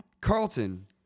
Carlton